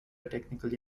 technical